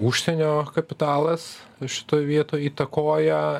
užsienio kapitalas šitoj vietoj įtakoja